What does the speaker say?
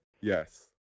Yes